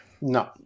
No